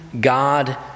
God